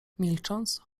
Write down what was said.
milcząc